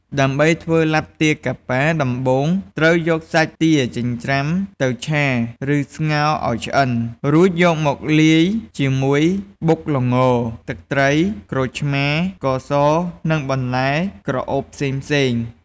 ដើម្បីធ្វើឡាបទាកាប៉ា ដំបូងត្រូវយកសាច់ទាចិញ្ច្រាំទៅឆា ឬស្ងោរឱ្យឆ្អិន រួចយកមកលាយជាមួយបុកល្ង ទឹកត្រី ក្រូចឆ្មារ ស្ករស និងបន្លែក្រអូបផ្សេងៗ។